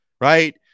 right